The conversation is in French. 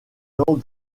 langues